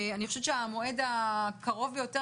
המועד הקרוב ביותר,